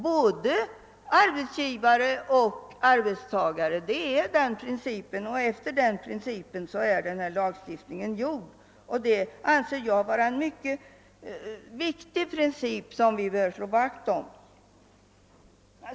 Både arbetsgivare och arbetstagare skall ha denna service från samhället, och lagstiftningen följer denna princip. Jag anser detta vara en mvcket viktig princip, som vi bör slå vakt om.